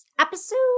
Episode